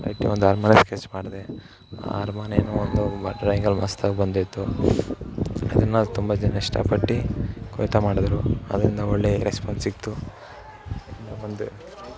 ಒಂದು ಅರಮನೆ ಸ್ಕೆಚ್ ಮಾಡಿದೆ ಆ ಅರಮನೆಯೂ ಒಂದು ಬ ಡ್ರಾಯಿಂಗಲ್ಲಿ ಮಸ್ತಾಗಿ ಬಂದಿತ್ತು ಅದನ್ನು ತುಂಬ ಜನ ಇಷ್ಟಪಟ್ಟು ಮಾಡಿದರು ಅದರಿಂದ ಒಳ್ಳೆಯ ರೆಸ್ಪಾನ್ಸ್ ಸಿಕ್ಕಿತು ಒಂದು